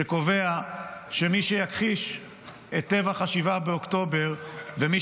שקובע שמי שיכחיש את טבח 7 באוקטובר ומי